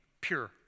pure